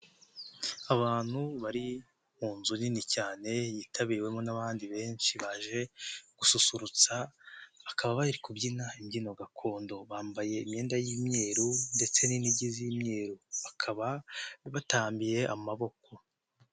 Abantu bari mu nzu nini cyane yitabiriwemo n'abandi benshi baje gususurutsa, bkaba bari kubyina imbyino gakondo, bambaye imyenda y'imyeru ndetse n'inigi z'imyeru, bakaba batambiye amaboko.